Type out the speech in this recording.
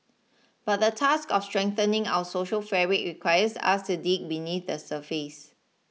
but the task of strengthening our social fabric requires us to dig beneath the surface